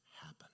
happen